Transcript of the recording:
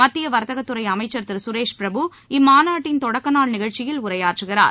மத்திய வர்த்தகத்துறை அமைச்சர் திரு சுரேஷ் பிரபு இம்மாநாட்டின் தொடக்க நாள் நிகழ்ச்சியில் உரையாற்றுகிறார்